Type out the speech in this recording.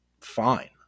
fine